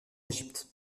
égypte